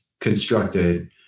constructed